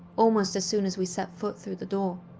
almost as soon as we set foot through the door.